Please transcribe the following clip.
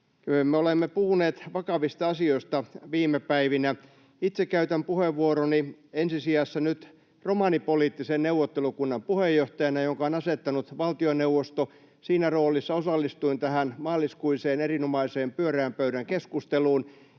Me olemme puhuneet vakavista asioista viime päivinä. Itse käytän puheenvuoroni ensi sijassa romanipoliittisen neuvottelukunnan puheenjohtajana, jonka on asettanut valtioneuvosto. Siinä roolissa osallistuin tähän maaliskuiseen erinomaiseen pyöreän pöydän keskusteluun.